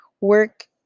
work